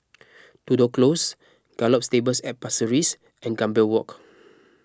Tudor Close Gallop Stables at Pasir Ris and Gambir Walk